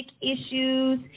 issues